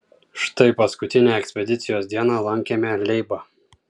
štai paskutinę ekspedicijos dieną lankėme leibą